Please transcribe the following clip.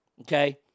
Okay